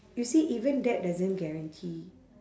you see even that doesn't guarantee